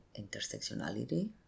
intersectionality